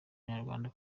abanyarwanda